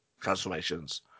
transformations